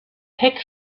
text